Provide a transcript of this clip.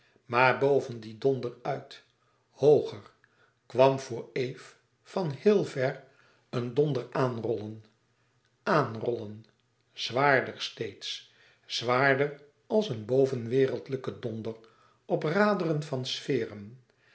maar boven dien donder uit hooger kwam voor eve van heel ver een donder aanrollen àanrollen zwaarder steeds zwaarder als een bovenwereldlijke donder op raderen van sferen